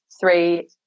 three